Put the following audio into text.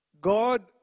God